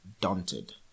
daunted